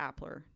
Appler